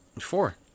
Four